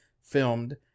filmed